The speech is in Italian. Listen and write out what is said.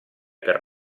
per